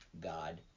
God